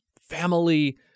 family